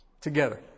together